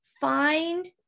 find